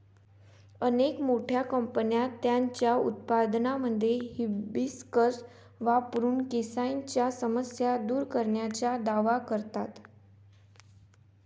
अनेक मोठ्या कंपन्या त्यांच्या उत्पादनांमध्ये हिबिस्कस वापरून केसांच्या समस्या दूर करण्याचा दावा करतात